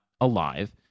alive